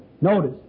Notice